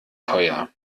teuer